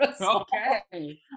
Okay